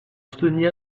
soutenir